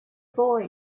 boy